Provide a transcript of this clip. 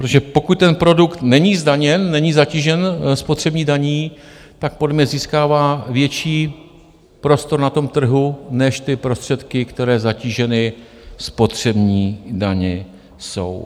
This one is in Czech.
Protože pokud ten produkt není zdaněn, není zatížen spotřební daní, tak podle mě získává větší prostor na tom trhu, než ty prostředky, které zatíženy spotřební daní jsou.